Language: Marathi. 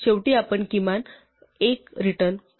शेवटी आपण किमान एक रिटर्न करू